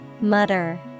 Mutter